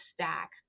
stack